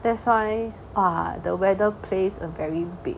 that's why ah the weather plays a very big